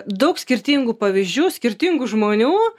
daug skirtingų pavyzdžių skirtingų žmonių